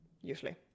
usually